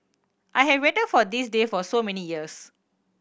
I have wait for this day for so many years